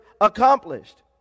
accomplished